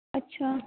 ਅੱਛਾ